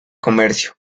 comercio